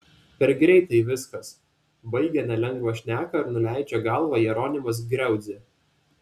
per greitai viskas baigia nelengvą šneką ir nuleidžia galvą jeronimas griauzdė